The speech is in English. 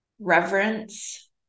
reverence